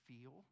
feel